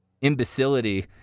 imbecility